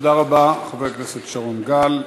תודה רבה, חבר הכנסת שרון גל.